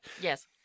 Yes